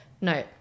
no